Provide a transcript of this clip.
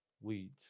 wheat